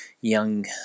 young